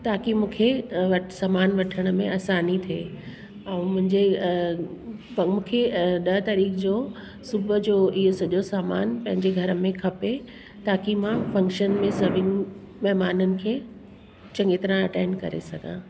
ताकि मूंखे समान वठण में असानी थिए ऐं मुंहिंजे अ प मूंखे ॾह तारीख़ जो सुॿूह जो इहो सॼो सामान पंहिंजे घर में खपे ताकि मां फंक्शन में सभिनि महिमाननि खे चङी तरह अटेंड करे सघां